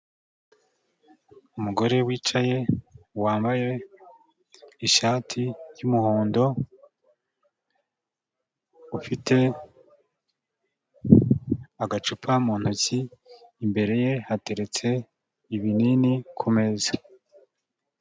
Umugore wicaye, wambaye ishati y'umuhondo, ufite agacupa mu ntoki, imbere ye hateretse ibinini, ku meza.